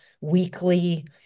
weekly